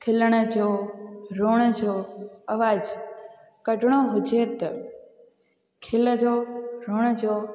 खिलण जो रोअण जो आवाज़ु कढिणो हुजे त खिल जो हुजण जो